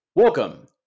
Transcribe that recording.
welcome